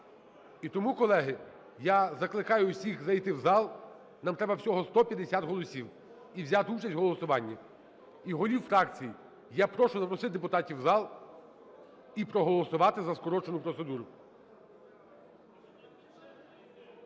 І тому, колеги, я закликаю усіх зайти в зал, нам треба всього 150 голосів, і взяти участь в голосуванні. І голів фракцій я прошу запросити депутатів в зал і проголосувати за скорочену процедуру.